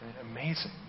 Amazing